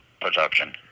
production